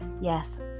Yes